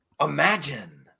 imagine